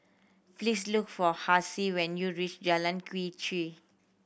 please look for Hassie when you reach Jalan Quee Chew